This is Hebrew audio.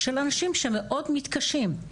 של אנשים שמאוד מתקשים,